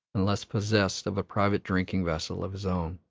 unless possessed of a private drinking vessel of his own.